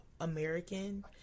American